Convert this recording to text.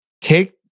take